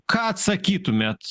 ką atsakytumėt